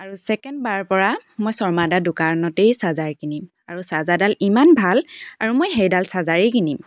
আৰু চেকেণ্ডবাৰৰ পৰা মই শৰ্মাদাৰ দোকানতেই চাৰ্জাৰ কিনিম আৰু চাৰ্জাৰডাল ইমান ভাল আৰু মই সেইডাল চাৰ্জাৰেই কিনিম